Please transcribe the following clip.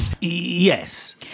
Yes